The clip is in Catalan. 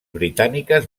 britàniques